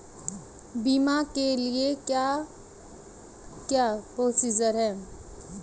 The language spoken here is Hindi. बीमा के लिए क्या क्या प्रोसीजर है?